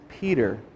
Peter